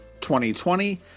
2020